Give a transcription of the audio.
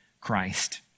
Christ